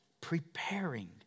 Preparing